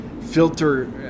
filter